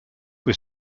was